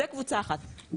זה קבוצה אחת.